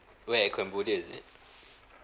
where cambodia is it